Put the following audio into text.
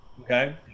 okay